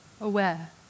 aware